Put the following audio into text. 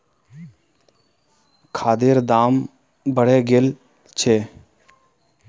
खादेर दाम बढ़े गेल छे